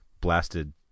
blasted